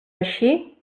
així